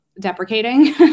deprecating